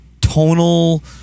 tonal